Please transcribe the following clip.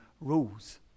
rules